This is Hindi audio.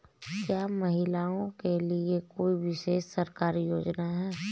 क्या महिलाओं के लिए कोई विशेष सरकारी योजना है?